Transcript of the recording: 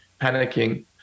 panicking